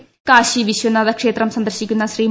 ക്ടാശി വിശ്വനാഥ ക്ഷേത്രം സന്ദർശിക്കുന്ന ശ്രീ